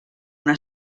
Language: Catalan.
una